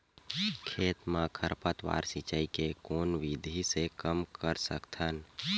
खेत म खरपतवार सिंचाई के कोन विधि से कम कर सकथन?